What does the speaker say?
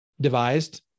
devised